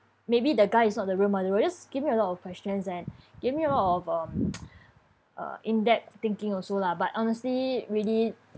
maybe the guy is not the real murderer this give me a lot of questions and give me a lot of um uh in depth thinking also lah but honestly really